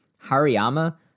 Hariyama